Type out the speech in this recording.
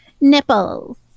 Nipples